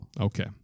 Okay